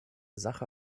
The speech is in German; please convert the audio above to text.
sache